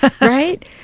right